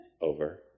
Over